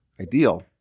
ideal